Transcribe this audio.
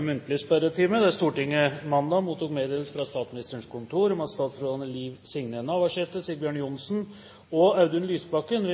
muntlig spørretime: statsråd Liv Signe Navarsete statsråd Sigbjørn Johnsen statsråd Audun Lysbakken